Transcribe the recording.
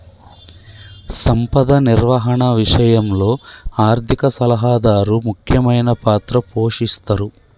సంపద నిర్వహణ విషయంలో ఆర్థిక సలహాదారు ముఖ్యమైన పాత్ర పోషిస్తరు